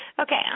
Okay